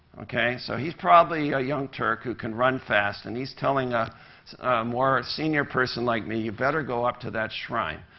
okay. so he's probably a young turk who can run fast, and he's telling a more senior person like me, you better go up to that shrine.